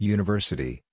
University